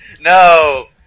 No